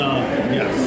yes